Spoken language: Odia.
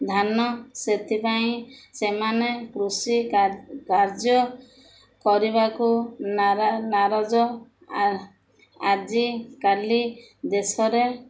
ଧାନ ସେଥିପାଇଁ ସେମାନେ କୃଷି କାର୍ଯ୍ୟ କରିବାକୁ ନାରା ନାରାଜ ଆ ଆଜିକାଲି ଦେଶରେ